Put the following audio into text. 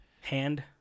hand